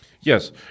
Yes